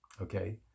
Okay